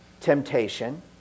temptation